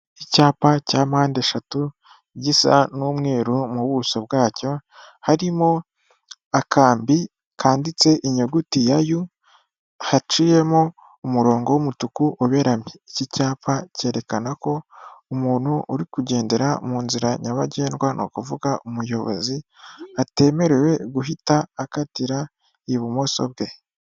Icyapa cya mpande eshatu, gisa n'umweru mu buso bwacyo, harimo akambi kanditsemo inyuguti ya yu, haciyemo umurongo w'umutuku uberamye. Iki cyapa cyerekana ko umuntu uri kugendera mu nzira nyabagendwa ni ukuvuga umuyobozi, atemerewe guhita akatira ibumoso bwe.